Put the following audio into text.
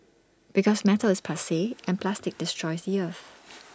because metal is passe and plastic destroys the earth